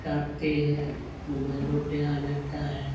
बताती है मुबइलों पर आ जाता है